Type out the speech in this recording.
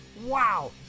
Wow